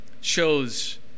shows